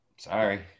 Sorry